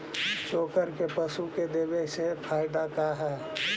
चोकर के पशु के देबौ से फायदा का है?